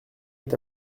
est